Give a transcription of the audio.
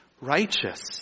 righteous